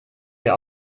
hier